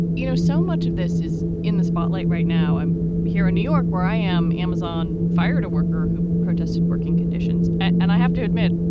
you know, so much of this is in the spotlight right now here in new york, where i am. amazon fired a worker who protested working conditions. and i have to admit,